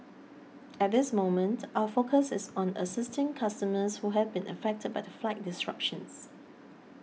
at this moment our focus is on assisting customers who have been affected by the flight disruptions